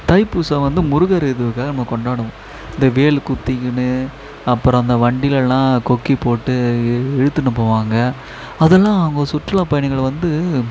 தைப்பூசம் வந்து முருகர் இதுக்காக நம்ம கொண்டாடுவோம் இந்த வேல் குத்திக்கின்னு அப்புறம் அந்த வண்டிலலாம் கொக்கி போட்டு இழுத்துன்னு போவாங்க அதெல்லாம் அவங்க சுற்றுலா பயணிகள் வந்து